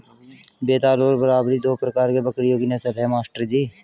बेताल और बरबरी दो प्रकार के बकरियों की नस्ल है मास्टर जी